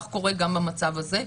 כך קורה גם במצב הזה,